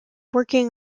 working